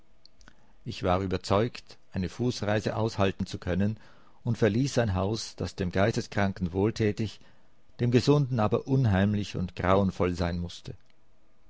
ich war überzeugt eine fußreise aushaken zu können und verließ ein haus das dem geisteskranken wohltätig dem gesunden aber unheimlich und grauenvoll sein mußte